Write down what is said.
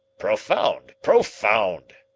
profound! profound!